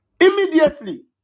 immediately